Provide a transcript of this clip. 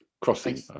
crossing